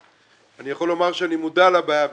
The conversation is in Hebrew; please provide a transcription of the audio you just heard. אני יכול לומר שאני מודע לבעיה.